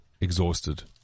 exhausted